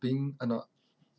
being ano~